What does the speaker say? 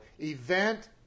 event